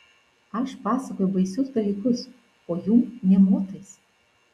aš pasakoju baisius dalykus o jum nė motais